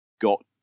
got